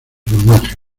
plumaje